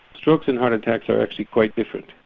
strokes and heart attacks are actually quite different.